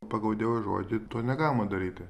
pagal dievo žodį to negalima daryti